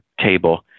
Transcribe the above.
table